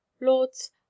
Lords